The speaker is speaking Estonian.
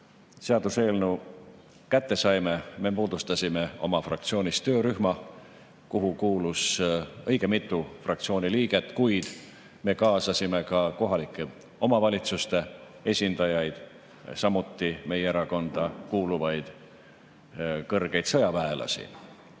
seaduseelnõu kätte saime, siis me moodustasime oma fraktsioonis töörühma, kuhu kuulus õige mitu fraktsiooni liiget, kuid me kaasasime ka kohalike omavalitsuste esindajaid, samuti meie erakonda kuuluvaid kõrgeid sõjaväelasi.